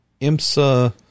IMSA